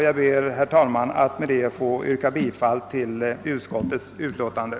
Jag ber, herr talman, med det anförda att få yrka bifall till utskottets hemställan.